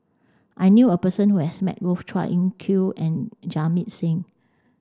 I knew a person who has met both Chua Kim Yeow and Jamit Singh